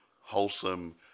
wholesome